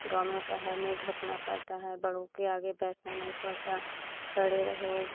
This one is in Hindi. गाँव में होता है मुँह ढकना पड़ता है बड़ों के आगे बैठना नहीं पड़ता खड़े रहो